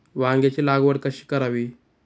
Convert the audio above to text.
वांग्यांची लागवड कशी करावी?